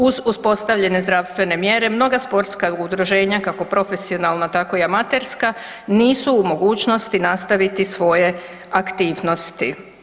Uz uspostavljene zdravstvene mjere mnoga sportska udruženja kako profesionalno tako i amaterska nisu u mogućnosti nastaviti svoje aktivnosti.